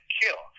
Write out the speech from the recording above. kill